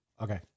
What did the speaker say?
Okay